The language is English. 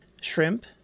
shrimp